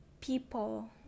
people